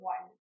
One